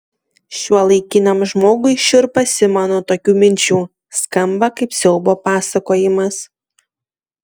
šiuolaikiniam žmogui šiurpas ima nuo tokių minčių skamba kaip siaubo pasakojimas